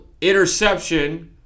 interception